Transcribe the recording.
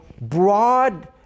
broad